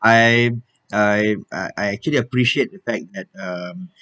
I I I I actually appreciate the fact that um